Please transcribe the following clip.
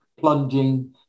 plunging